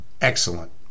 Excellent